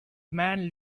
man